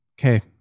Okay